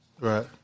Right